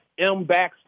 mbaxter